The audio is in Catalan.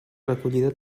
recollida